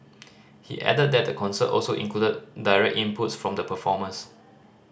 he added that the concert also included direct inputs from the performers